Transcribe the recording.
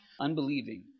unbelieving